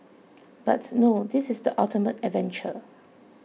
but no this is the ultimate adventure